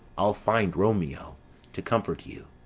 i'll find romeo to comfort you.